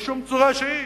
בשום צורה שהיא.